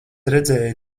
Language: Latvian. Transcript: redzēju